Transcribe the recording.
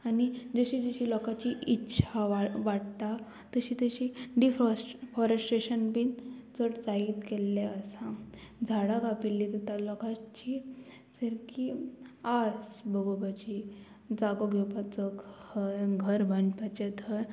आनी जशी जशी लोकाची इच्छा वा वाडटा तशी तशी डिफॉरस्ट डिफोरेस्ट्रेशन बीन चड जायीत गेल्लें आसा झाडां कापिल्लीं जाता लोकांची सारकी आस भोगोपाची जागो घेवपाचो घर बांदपाचें थंय